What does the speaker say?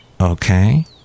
Okay